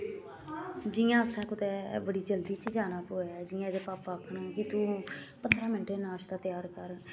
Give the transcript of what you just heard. जि'यां असें कुतै बड़ी जल्दी च जाना पौऐ जियां एह्दे पापा आखन कि तूं पंदरें मैंट्टें च नाश्ता त्यार कर